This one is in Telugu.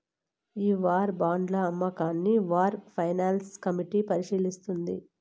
ఈ వార్ బాండ్ల అమ్మకాన్ని వార్ ఫైనాన్స్ కమిటీ పరిశీలిస్తుంది